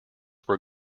were